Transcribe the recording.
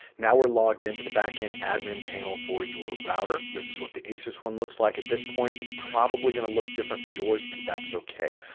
now we're logged into the backend admin panel for your router. this is what the asus one looks like at this point. it's probably going to look different for yours and that's ok.